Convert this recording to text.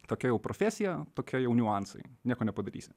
tokia jau profesija tokie jau niuansai nieko nepadarysi